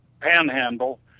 panhandle